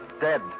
dead